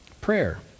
prayer